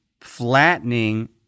flattening